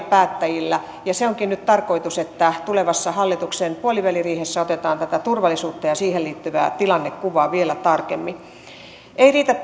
päättäjiltä ja se onkin nyt tarkoitus että tulevassa hallituksen puoliväliriihessä otetaan tätä turvallisuutta ja siihen liittyvää tilannekuvaa vielä tarkemmin yhteinen tilannekuva ei riitä